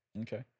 Okay